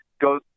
go